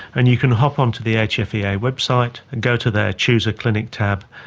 and you can hop onto the hfea website and go to their choose a clinic tab,